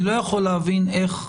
אני לא יכול להבין איך בחג,